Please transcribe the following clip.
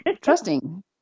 trusting